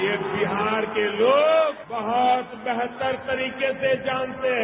ये बिहार के लोग बहुत बेहतर तरीके से जानते हैं